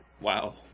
Wow